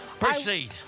Proceed